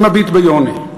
אני מביט ביוני,